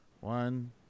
One